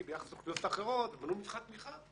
ביחס לאוכלוסיות אחרות ולא במבחן תמיכה,